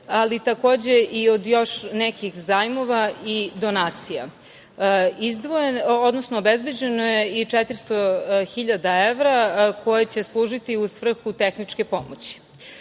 ali takođe i još od nekih zajmova i donacija. Obezbeđeno je i 400.000 evra koje će služiti u svrhu tehničke pomoći. Jako